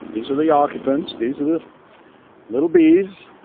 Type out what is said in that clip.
these are the occupants. these are the little bees.